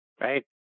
right